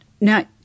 Now